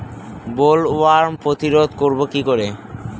Bollworm প্রতিরোধ করব কি করে?